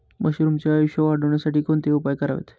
मशरुमचे आयुष्य वाढवण्यासाठी कोणते उपाय करावेत?